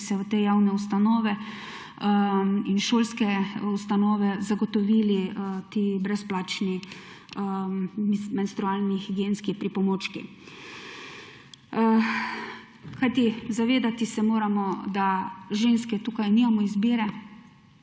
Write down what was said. bi se v te javne ustanove in šolske ustanove zagotovili ti brezplačni menstrualni higienski pripomočki. Kajti zavedati se moramo, da ženske tukaj nimamo izbire,